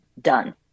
done